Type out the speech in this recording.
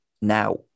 now